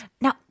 Now